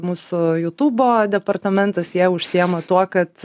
mūsų jutubo departamentas jie užsiėma tuo kad